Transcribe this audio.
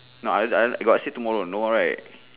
no I I got say tomorrow no right